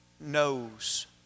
knows